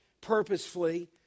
purposefully